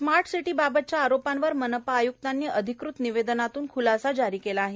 smart city बाबतच्या आरोपांवर मनपा आय्क्तांनी अधिकृत निवेदनातून ख्लासा जारी केला आहे